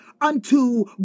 unto